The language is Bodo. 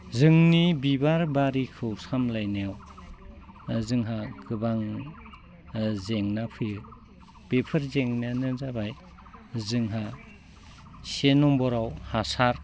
जोंनि बिबार बारिखौ सामलायनायाव जोंहा गोबां जेंना फैयो बेफोर जेंनायानो जाबाय जोंहा से नम्बराव हासार